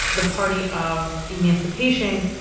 the party of emancipation,